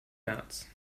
märz